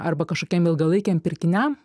arba kažkokiem ilgalaikiam pirkiniam